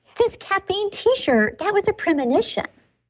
this caffeine t-shirt, that was a premonition